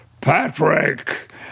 Patrick